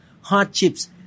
hardships